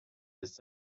its